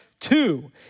two